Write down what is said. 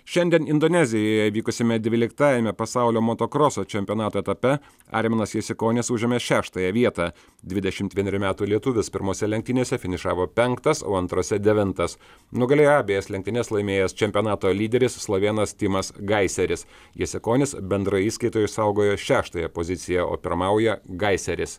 šiandien indonezijoje vykusiame dvyliktajame pasaulio motokroso čempionato etape arminas jasikonis užėmė šeštąją vietą dvidešimt vienerių metų lietuvis pirmose lenktynėse finišavo penktas o antrose devintas nugalėjo abejas lenktynes laimėjęs čempionato lyderis slovėnas timas gaiseris jasikonis bendroje įskaitoje išsaugojo šeštąją poziciją o pirmauja gaiseris